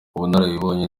ubunararibonye